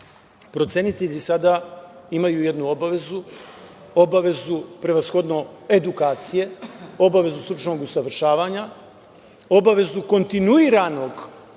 procenitelji sada imaju jednu obavezu, obavezu prevashodno edukacije, obavezu stručnog usavršavanja, obavezu kontinuiranog stručnog